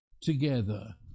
together